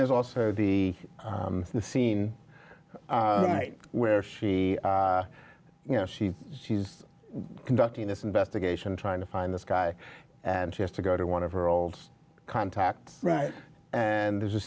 there's also be the scene where she you know she she's conducting this investigation trying to find this guy and she has to go to one of her old contacts right and there's a